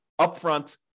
upfront